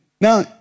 Now